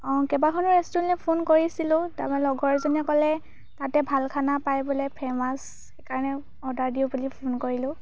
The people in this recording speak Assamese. অঁ কেইবাখনো ৰেষ্টোৰেণ্টলৈ ফোন কৰিছিলোঁ তাৰপৰা লগৰজনীয়ে ক'লে তাতে ভাল খানা পায় বোলে ফেমাছ সেইকাৰণে অৰ্ডাৰ দিওঁ বুলি ফোন কৰিলোঁ